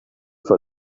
for